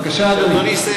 בבקשה, אדוני.